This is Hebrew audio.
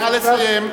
נא לסיים.